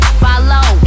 follow